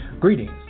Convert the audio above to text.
Greetings